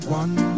one